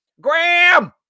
Graham